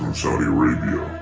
saudi arabia.